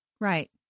Right